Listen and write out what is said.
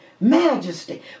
majesty